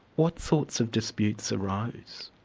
what sorts of disputes arose?